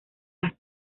haz